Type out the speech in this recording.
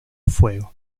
fuego